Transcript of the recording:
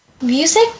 Music